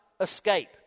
escape